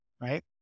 right